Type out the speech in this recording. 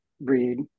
read